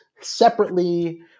Separately